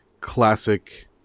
classic